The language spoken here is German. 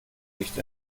nicht